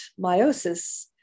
meiosis